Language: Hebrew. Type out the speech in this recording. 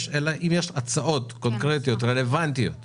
אלא אם יש הצעות קונקרטיות ורלוונטיות למתווה.